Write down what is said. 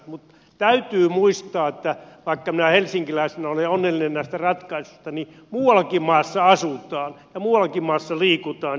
mutta täytyy muistaa että vaikka minä helsinkiläisenä olen onnellinen näistä ratkaisuista niin muuallakin maassa asutaan ja muuallakin maassa liikutaan